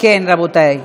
בסמים ובאלכוהול,